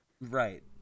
Right